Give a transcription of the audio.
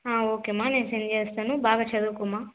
okay అమ్మ నేను send చేస్తాను బాగా చదువుకో అమ్మ